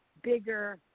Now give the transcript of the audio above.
bigger